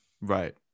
Right